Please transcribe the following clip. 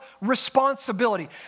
responsibility